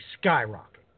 skyrocket